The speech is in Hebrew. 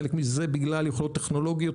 חלק מזה בגלל יכולות טכנולוגיות,